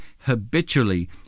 habitually